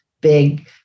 big